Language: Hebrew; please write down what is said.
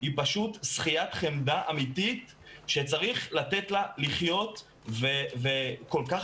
היא פשוט שחיית חמדה אמיתית שצריך לתת לה לחיות וכל כך